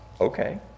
Okay